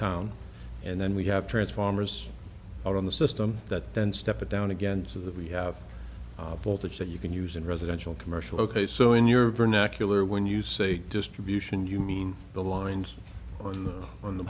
town and then we have transformers on the system that then step it down again so that we have voltage that you can use in residential commercial ok so in your vernacular when you say distribution you mean the lines on the on the